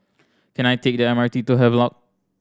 can I take the M R T to Havelock